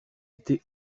été